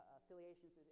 affiliations